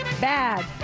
Bad